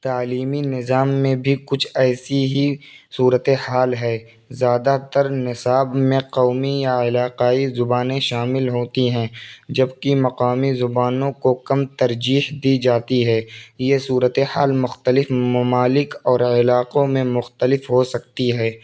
تعلیمی نظام میں بھی کچھ ایسی ہی صورت حال ہے زیادہ تر نصاب میں قومی یا علاقائی زبانیں شامل ہوتی ہیں جبکہ مقامی زبانوں کو کم ترجیح دی جاتی ہے یہ صورت حال مختلف ممالک اور علاقوں میں مختلف ہو سکتی ہے